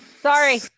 sorry